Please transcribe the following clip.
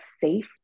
safe